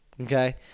Okay